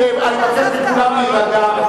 אני מבקש מכולם להירגע.